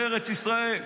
בארץ ישראל.